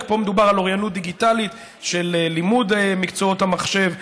רק שפה מדובר על מיזם אוריינות דיגיטלית של לימוד מקצועות המחשב,